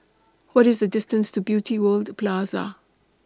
What IS The distance to Beauty World Plaza